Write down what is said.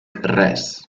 res